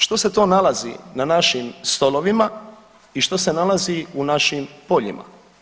Što se to nalazi na našim stolovima i što se nalazi u našim poljima?